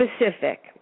specific